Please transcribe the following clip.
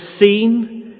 seen